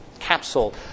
capsule